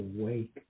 awake